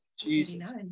Jesus